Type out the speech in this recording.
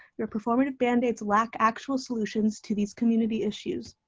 your performative band aids lack actual solutions to these community issues.